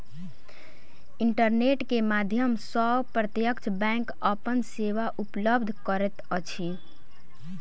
internet के माध्यम सॅ प्रत्यक्ष बैंक अपन सेवा उपलब्ध करैत अछि